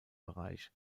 bereich